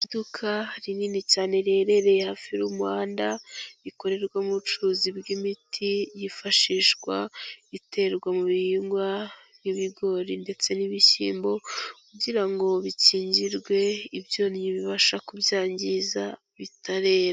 Iduka rinini cyane riherereye hafi y'umuhanda rikorerwamo ubucuruzi bw'imiti yifashishwa iterwa mu bihingwa, nk'ibigori ndetse n'ibishyimbo kugira ngo bikingirwe ibyonnyi bibasha kubyangiza bitarera.